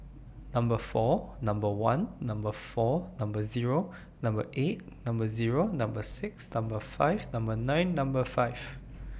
Number four Number one Number four Number Zero Number eight Number Zero Number six Number five Number nine Number five